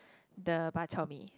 the bak-chor-mee